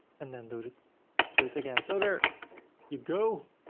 and then do it do it again. so there you go.